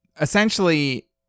Essentially